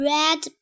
Red